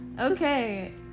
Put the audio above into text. Okay